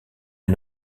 est